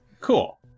cool